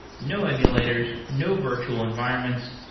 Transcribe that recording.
no emulators, no virtual environments.